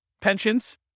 Pensions